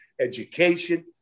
education